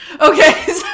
Okay